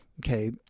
okay